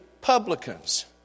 publicans